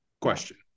question